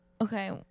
okay